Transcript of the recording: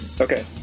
Okay